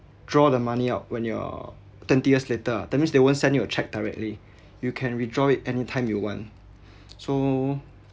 draw the money out when you're twenty years later that means they won't send you a cheque directly you can withdraw it anytime you want so